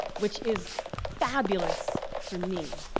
which is fabulous for me.